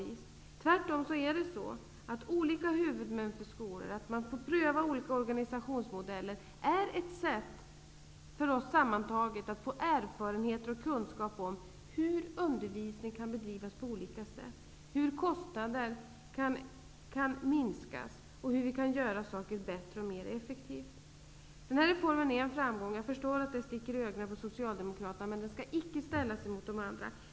Det är tvärtom så att detta att ha olika huvudmän för skolor och att man får pröva olika organisationsmodeller är ett sätt för oss att få erfarenheter och kunskaper om hur undervisning kan bedrivas på olika sätt, hur kostnader kan minskas och hur vi kan göra saker bättre och mer effektivt. Den här reformen är en framgång. Jag förstår att det sticker i ögonen på Socialdemokraterna, men den skall icke ställas emot de andra.